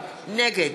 נגד